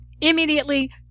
Immediately